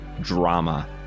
drama